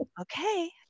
okay